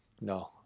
No